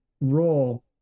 role